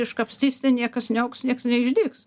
iškapstys ten niekas neaugs nieks neišdygs